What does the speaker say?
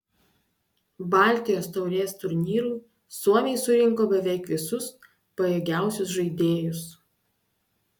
baltijos taurės turnyrui suomiai surinko beveik visus pajėgiausius žaidėjus